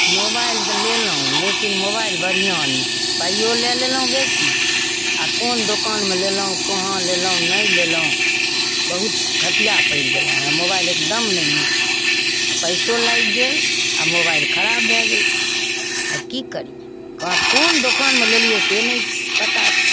mobile जे लेलहुँ लेकिन मोबाइल बढ़िआँ नहि पाइयो लए लेलहुँ बेसी आओर कोन दोकानमे लेलहुँ कहाँ लेलहुँ नहि लेलहुँ बहुत घटिया पड़ि गेलहुँ हमरा मोबाइल एकदम नहि नीक छै आओर पैसो लागि गेल आओर मोबाइल खराब भए गेलय आब की करियै कहब कोन दोकानमे लेलियै से नहि पता छै